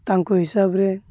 ତାଙ୍କ ହିସାବରେ